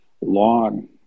long